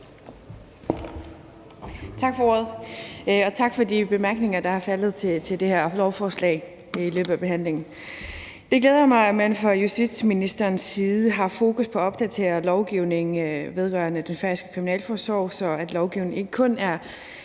Tak for ordet, og tak for de bemærkninger, der er faldet til det her lovforslag i løbet af behandlingen. Det glæder mig, at man fra justitsministerens side har fokus på at opdatere lovgivningen vedrørende den færøske kriminalforsorg, ikke kun så lovgivningen er